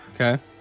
Okay